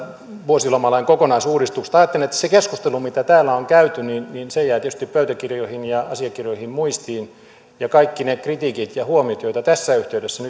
vuosilomalain kokonaisuudistuksesta ajattelen että se keskustelu mitä täällä on käyty jää tietysti pöytäkirjoihin ja asiakirjoihin muistiin ja kaikki ne kritiikit ja huomiot joita tässä yhteydessä